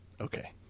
Okay